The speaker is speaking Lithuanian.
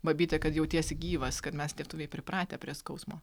babytė kad jautiesi gyvas kad mes lietuviai pripratę prie skausmo